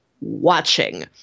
watching